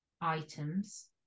items